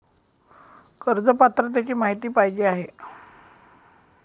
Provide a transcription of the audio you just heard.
कर्ज पात्रतेची माहिती पाहिजे आहे?